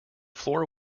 floor